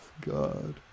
God